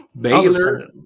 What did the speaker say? baylor